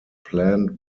planned